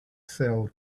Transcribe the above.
sell